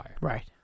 Right